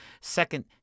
Second